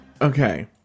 Okay